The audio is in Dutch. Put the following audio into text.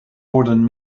worden